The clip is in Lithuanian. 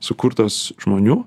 sukurtos žmonių